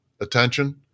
attention